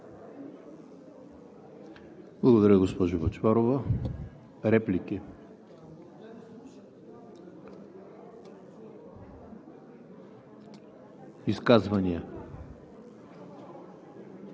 Благодаря, госпожо Бъчварова. Реплики? Изказвания?